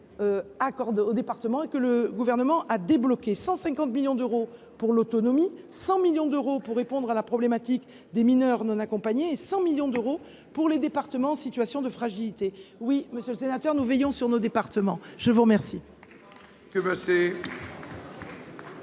a débloqué en faveur des départements : 150 millions d’euros pour l’autonomie, 100 millions d’euros pour répondre à la problématique des mineurs non accompagnés et 100 millions d’euros pour les départements en situation de fragilité. Oui, monsieur le sénateur, nous veillons sur nos départements. La parole